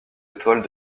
étoiles